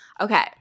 Okay